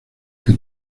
que